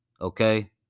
Okay